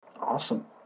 Awesome